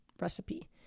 recipe